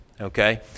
Okay